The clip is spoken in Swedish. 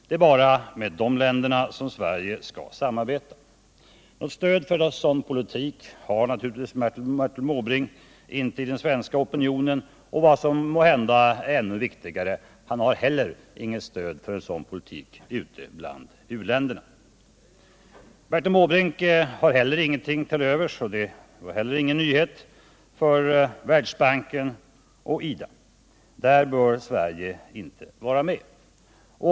Det är bara med de länderna som Sverige skall samarbeta. Något stöd för en sådan politik har Bertil Måbrink naturligtvis inte i den svenska opinionen. Och vad som måhända är ännu viktigare: han har heller inget stöd för en sådan politik ute bland u-länderna. Bertil Måbrink har vidare — och det är inte heller någon nyhet — ingenting till övers för Världsbanken och IDA. Där bör Sverige inte vara med.